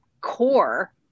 core